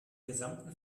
gesamten